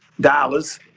dollars